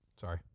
Sorry